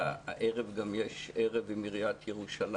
הערב בשעה 8 יש לנו ערב עם עיריית ירושלים.